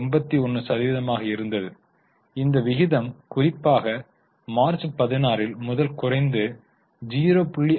81 சதவீதமாக இருந்தது இந்த விகிதம் குறிப்பாக மார்ச் 16 முதல் குறைந்து 0